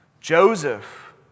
Joseph